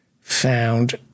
found